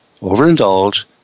overindulge